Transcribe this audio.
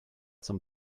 some